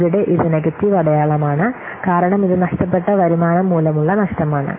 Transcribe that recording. ഇവിടെ ഇത് നെഗറ്റീവ് അടയാളമാണ് കാരണം ഇത് നഷ്ടപ്പെട്ട വരുമാനം മൂലമുള്ള നഷ്ടമാണ്